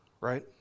right